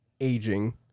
aging